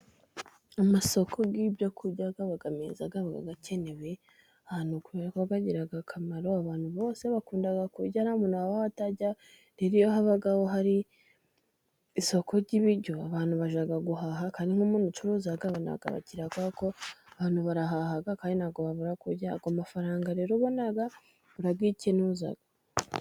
Amasoko ry'ibyo kurya aba meza aba akenewe ahantu kubera ko agira akamaro abantu bose bakunda kurya batarya iyo habaho hari isoko ry'ibiryo abantu bajya guhaha. Kandi nk'umuntu ucuruza abona abakiriya ,akabona amafaranga abantu barahaha, kandi ntabwo babura kurya . Amafaranga rero abona arayikenuza.